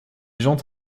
jantes